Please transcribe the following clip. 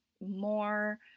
more